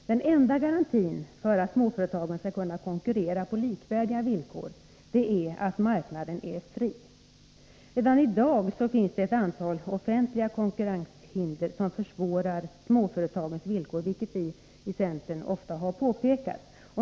Den enda garantin för att småföretagen skall kunna konkurrera på likvärdiga villkor är att marknaden är fri. Redan i dag finns det ett antal offentliga konkurrenshinder som försvårar småföretagens villkor, vilket vi i centern ofta har påpekat.